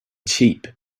cheap